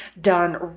done